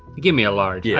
gimme a large, yeah